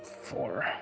four